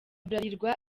bralirwa